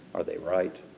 are they right,